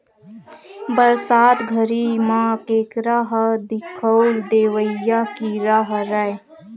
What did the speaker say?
बरसात घरी म केंकरा ह दिखउल देवइया कीरा हरय